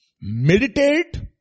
meditate